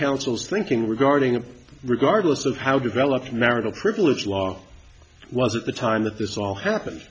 counsel's thinking regarding a regardless of how developed marital privilege law was at the time that this all happened